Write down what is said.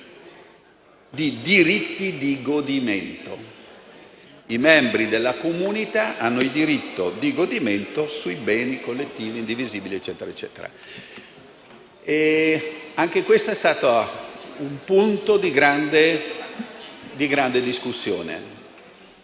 di «diritti di godimento»: i membri della comunità hanno il diritto di godimento sui beni collettivi indivisibili, eccetera. Anche questo è stato un punto di grande discussione.